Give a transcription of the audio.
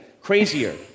crazier